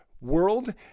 world